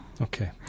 Okay